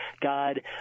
God